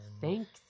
Thanks